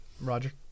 Roger